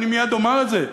אני מייד אומר את זה,